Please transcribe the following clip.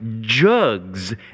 jugs